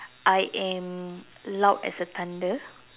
I am loud as a thunder